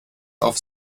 auf